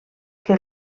que